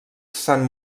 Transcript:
saint